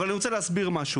אבל אני רוצה להסביר משהו.